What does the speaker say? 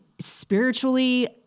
spiritually